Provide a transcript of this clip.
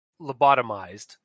lobotomized